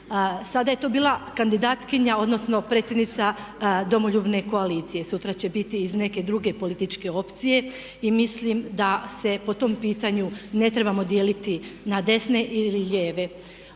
Sada je to bila kandidatkinja, odnosno predsjednica Domoljubne koalicije. Sutra će biti iz neke druge političke opcije i mislim da se po tom pitanju ne trebamo dijeliti na desne ili lijeve.